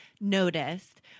noticed